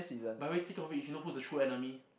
by the way speaking of it you know who's the true enemy